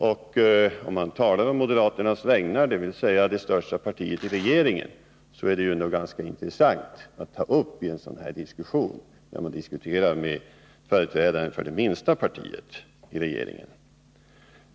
Om han = talade på moderaternas vägnar — dvs. för det största partiet i regeringen så Medelsanvisn ingen är det ganska intressant att ta upp det i diskussionen här med företrädaren för = tjl] radio och teledet minsta partiet i regeringen.